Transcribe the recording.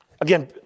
Again